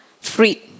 free